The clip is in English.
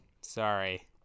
Sorry